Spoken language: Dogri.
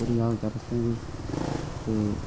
बूरी हालत ऐ रस्तें दी ते